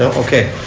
okay.